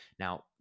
Now